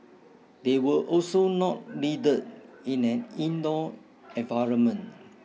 they were also not needed in an indoor environment